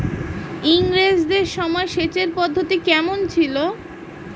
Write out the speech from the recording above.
ইঙরেজদের সময় সেচের পদ্ধতি কমন ছিল?